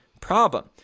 problem